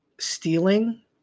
stealing